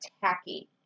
tacky